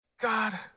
God